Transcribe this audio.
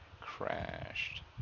crashed